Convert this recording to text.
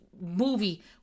movie